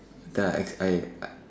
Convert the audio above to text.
then I as I